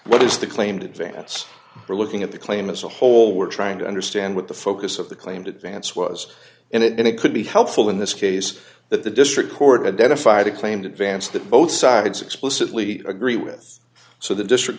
what is the claimed advance for looking at the claim as a whole we're trying to understand what the focus of the claimed advance was and it could be helpful in this case that the district court identified a claim to vance that both sides explicitly agree with so the district